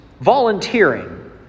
volunteering